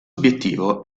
obiettivo